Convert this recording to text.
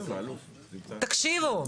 תקשיבו.